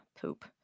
Poop